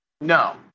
No